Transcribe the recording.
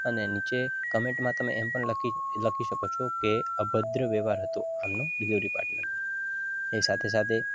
અને નીચે કમેન્ટમાં તમે એમ પણ લખી લખી શકો છો કે અભદ્ર વ્યવહાર હતો આમનો ડીલિવરી પાર્ટનરનો અને સાથે સાથે